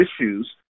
issues